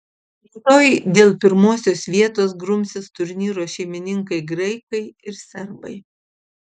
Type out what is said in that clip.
rytoj dėl pirmosios vietos grumsis turnyro šeimininkai graikai ir serbai